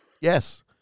Yes